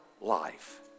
life